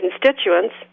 constituents